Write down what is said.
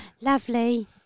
Lovely